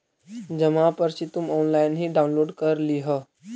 जमा पर्ची तुम ऑनलाइन ही डाउनलोड कर लियह